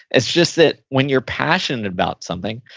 it's just that when you're passionate about something,